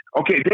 Okay